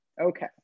okay